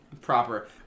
proper